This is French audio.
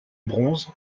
bronze